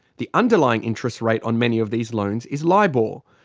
the underlying interest rate on many of these loans is libor.